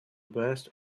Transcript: best